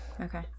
Okay